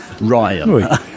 ryan